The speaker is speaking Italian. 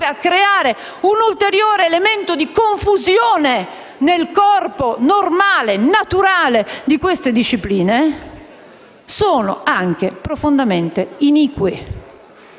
e creare un ulteriore elemento di confusione nel corpo normale e naturale di queste discipline sono anche profondamente inique.